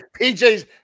pj's